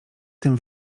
tym